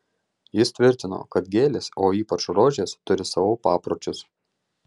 jis tvirtino kad gėlės o ypač rožės turi savo papročius